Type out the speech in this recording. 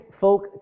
folk